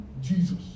Jesus